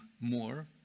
more